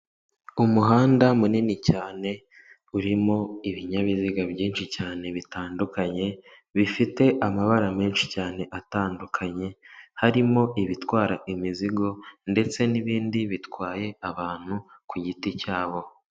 Umuhanda munini cyane urimo ibinyabiziga byinshi cyane bitandukanye bifite amabara menshi cyane atandukanye, harimo ibitwara imizigo ndetse n'ibindi bitwaye abantu ku giti cyabo.